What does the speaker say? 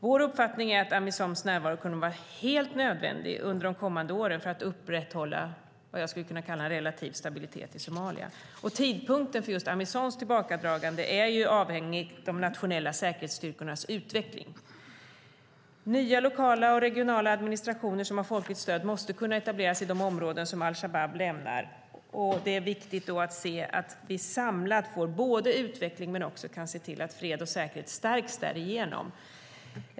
Vår uppfattning är att Amisoms närvaro under de kommande åren kommer att vara helt nödvändig för att upprätthålla vad jag skulle kunna kalla en relativ stabilitet i Somalia. Tidpunkten för just Amisoms tillbakadragande är avhängig de nationella säkerhetsstyrkornas utveckling. Nya lokala och regionala administrationer som har folkets stöd måste kunna etableras i de områden al-Shabab lämnar, och det är viktigt att då se att vi samlat inte bara får utveckling utan också kan se till att fred och säkerhet därigenom stärks.